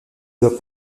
doit